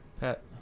pet